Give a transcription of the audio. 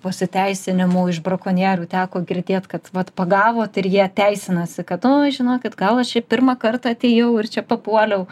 pasiteisinimų iš brakonierių teko girdėt kad vat pagavot ir jie teisinasi kad uoj žinokit gal aš čia pirmą kartą atėjau ir čia papuoliau